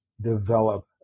develop